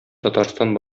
татарстан